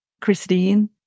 Christine